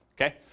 okay